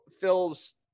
Phil's